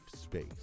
space